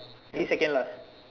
he second last